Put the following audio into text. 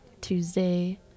Tuesday